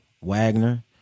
Wagner